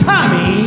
Tommy